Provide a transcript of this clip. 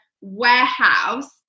warehouse